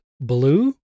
blue